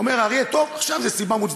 אומר האריה: טוב, עכשיו זה סיבה מוצדקת.